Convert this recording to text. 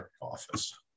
office